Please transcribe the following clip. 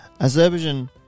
Azerbaijan